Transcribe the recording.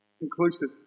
inclusive